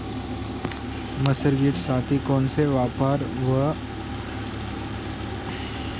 मशागतीसाठी कोणते अवजारे व यंत्र वापरले जातात?